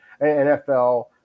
NFL